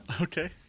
okay